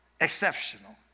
exceptional